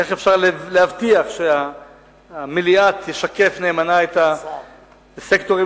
איך אפשר להבטיח שהמליאה תשקף נאמנה את הסקטורים